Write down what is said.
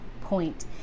point